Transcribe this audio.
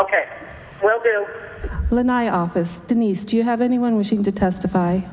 my office denise do you have anyone wishing to testify